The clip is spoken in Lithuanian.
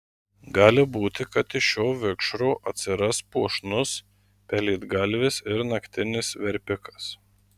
gali būti kad iš šio vikšro atsiras puošnus pelėdgalvis ar naktinis verpikas